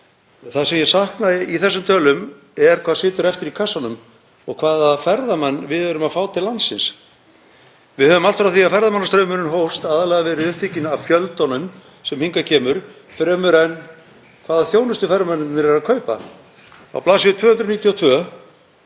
Það sem ég sakna í þessum tölum er hvað situr eftir í kassanum og hvaða ferðamenn við erum að fá til landsins. Við höfum allt frá því að ferðamannastraumurinn hófst aðallega verið upptekin af fjöldanum sem hingað kemur fremur en hvaða þjónustu ferðamennirnir eru að kaupa. Á bls. 292